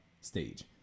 stage